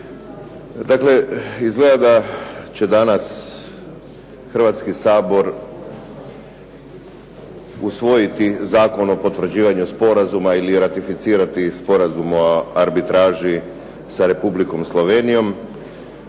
Dakle, izgleda da će danas Hrvatski sabor usvojiti Zakon o potvrđivanju sporazuma ili ratificirati sporazum o arbitraži sa Republikom Slovenijom.